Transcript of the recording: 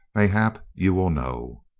mayhap you will know.